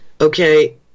Okay